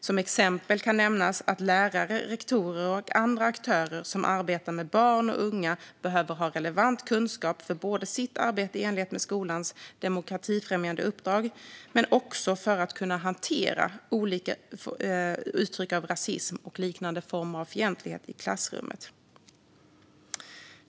Som exempel kan nämnas att lärare, rektorer och andra aktörer som arbetar med barn och unga behöver ha relevant kunskap för sitt arbete i enlighet med skolans demokratifrämjande uppdrag men också för att kunna hantera olika uttryck av rasism och liknande former av fientlighet i klassrummet.